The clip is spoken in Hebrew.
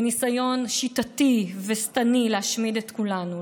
ניסיון שיטתי ושטני להשמיד את כולנו,